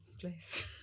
place